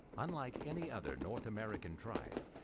unlike any other north american tribe,